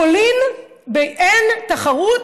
פולין, אין תחרות,